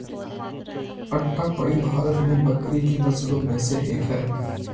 अट्टापडी भारत में बकरी की नस्लों में से एक है